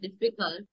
difficult